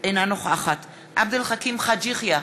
אינה נוכחת עבד אל חכים חאג' יחיא,